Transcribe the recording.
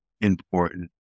important